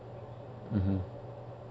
mmhmm